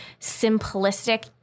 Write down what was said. simplistic